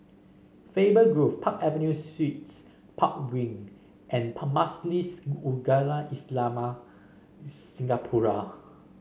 Faber Grove Park Avenue Suites Park Wing and Majlis Ugama Islam Singapura